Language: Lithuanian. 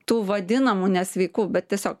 tų vadinamų nesveikų bet tiesiog